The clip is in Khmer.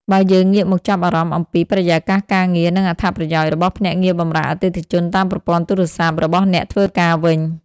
បើយើងងាកមកចាប់អារម្មណ៍អំពី បរិយាកាសការងារ និងអត្ថប្រយោជន៍របស់ភ្នាក់ងារបម្រើអតិថិជនតាមប្រព័ន្ធទូរស័ព្ទ របស់អ្នកធ្វើការវិញ។